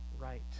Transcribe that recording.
right